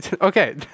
Okay